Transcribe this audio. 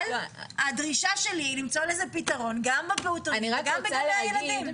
אבל הדרישה שלי היא למצוא לזה פתרון גם בפעוטונים וגם בגני הילדים.